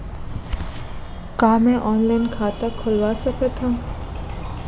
का मैं ऑनलाइन खाता खोलवा सकथव?